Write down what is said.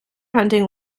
hunting